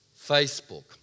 Facebook